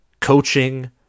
Coaching